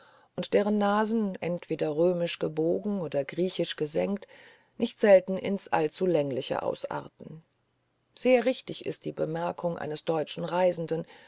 und deren nasen entweder römisch gebogen oder griechisch gesenkt nicht selten ins allzulängliche ausarten sehr richtig ist die bemerkung eines deutschen reisenden